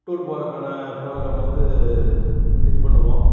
tour போறதுக்கான programme வந்து இது பண்ணுவோம்